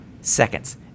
seconds